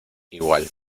igual